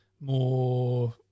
more